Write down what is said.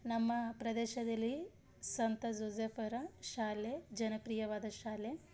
ನಮ್ಮ ಪ್ರದೇಶದಲ್ಲಿ ಸಂತ ಜೋಸೆಫರ ಶಾಲೆ ಜನಪ್ರಿಯವಾದ ಶಾಲೆ